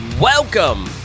Welcome